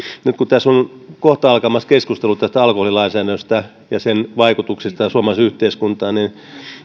nyt kun tässä on kohta alkamassa keskustelu tästä alkoholilainsäädännöstä ja sen vaikutuksista suomalaiseen yhteiskuntaan niin